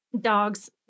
dogs